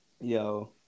Yo